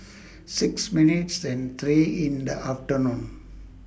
six minutes and three in The afternoon